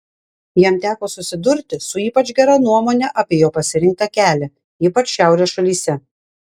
jam teko susidurti su ypač gera nuomone apie jo pasirinktą kelią ypač šiaurės šalyse